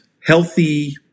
healthy